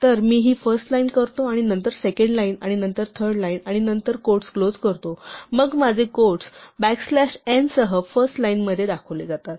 तर मी ही फर्स्ट लाईन करतो आणि नंतर सेकंड लाईन आणि नंतर थर्ड लाईन आणि नंतर क्वोट्स क्लोज करतो मग माझे क्वोट्स बॅक स्लॅश n सह फर्स्ट लाईनमध्ये दाखवले जाते